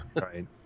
right